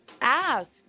ask